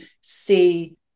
see